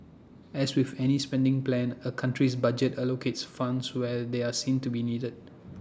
as with any spending plan A country's budget allocates funds where they are seen to be needed